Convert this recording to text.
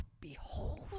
behold